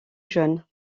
jaune